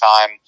time